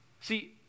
See